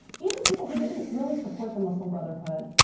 even people who didn't really support the muslim brotherhood,